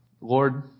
Lord